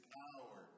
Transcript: power